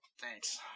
Thanks